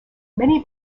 many